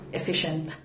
efficient